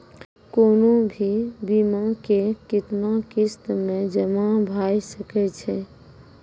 कोनो भी बीमा के कितना किस्त मे जमा भाय सके छै?